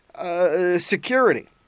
security